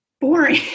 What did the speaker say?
boring